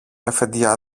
αφεντιά